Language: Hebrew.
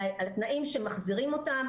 על התנאים שמחזירים אותם,